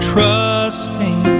Trusting